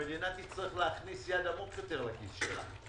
המדינה תצטרך להכניס יד עמוק יותר לכיס שלה.